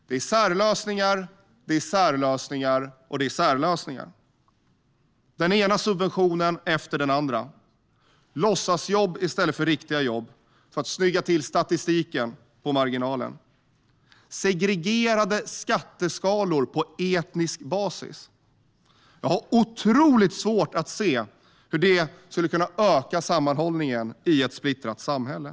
Det är särlösningar, särlösningar och särlösningar. Det är den ena subventionen efter den andra och låtsasjobb i stället för riktiga jobb för att snygga till statistiken på marginalen. Det är fråga om segregerade skatteskalor på etnisk basis. Jag har otroligt svårt att se hur de skulle öka sammanhållningen i ett splittrat samhälle.